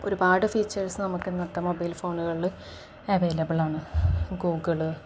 ഒരുപാട് ഫീച്ചേഴ്സ് നമുക്ക് ഇന്നത്തെ മൊബൈൽ ഫോണുകളിൽ അവൈലബിൾ ആണ് ഗൂഗിള്